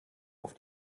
auf